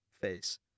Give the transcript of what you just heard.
face